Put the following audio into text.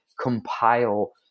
compile